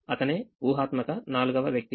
అతనేఊహాత్మకనాలుగవ వ్యక్తి